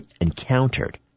encountered